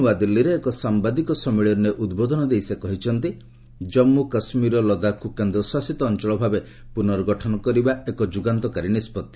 ନୂଆଦିଲ୍ଲାରେ ଏକ ସାମ୍ଭାଦିକ ସମ୍ମିଳନୀରେ ଉଦ୍ବୋଧନ ଦେଇ ସେ କହିଛନ୍ତି ଜମ୍ମୁ କାଶ୍କୀର ଓ ଲଦାଖ୍କୁ କେନ୍ଦ୍ରଶାସିତ ଅଞ୍ଚଳ ଭାବେ ପୁନର୍ଗଠନ କରାଯିବା ଏକ ଯୁଗାନ୍ତକାରୀ ନିଷ୍କଭି